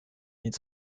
its